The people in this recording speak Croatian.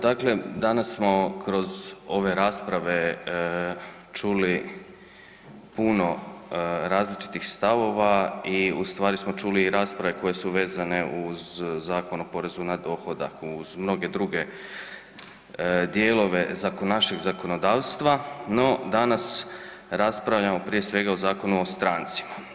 Dakle, danas smo kroz ove rasprave čuli puno različitih stavova i u stvari smo čuli i rasprave koje su vezane uz Zakon o porezu na dohodak uz mnoge druge dijelove našeg zakonodavstva, no danas raspravljamo prije svega o Zakonu o strancima.